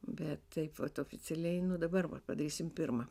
bet taip vat oficialiai nu dabar va padarysim pirmą